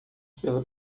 pela